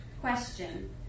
Question